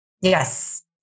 Yes